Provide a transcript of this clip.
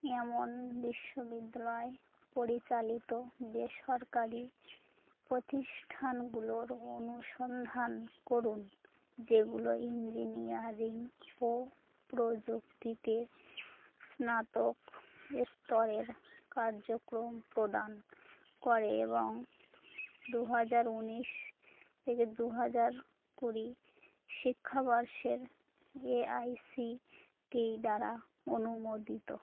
এমন বিশ্ববিদ্যালয় পরিচালিত বেসরকারি প্রতিষ্ঠানগুলোর অনুসন্ধান করুন যেগুলো ইঞ্জিনিয়ারিং ও প্রযুক্তিতে স্নাতক স্তরের কার্যক্রম প্রদান করে এবং দু হাজার উনিশ থেকে দু হাজার কুড়ি শিক্ষাবর্ষের এ আই সি টি দ্বারা অনুমোদিত